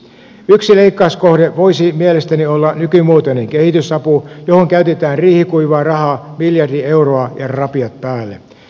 yksi leikkauskohde voisi mielestäni olla nykymuotoinen kehitysapu johon käytetään riihikuivaa rahaa miljardi euroa ja rapiat päälle